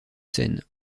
scène